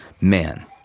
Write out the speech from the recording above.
man